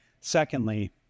Secondly